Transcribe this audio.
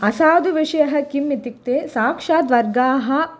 असाधुः विषयः किम् इत्युक्ते साक्षात् वर्गाः